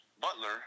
Butler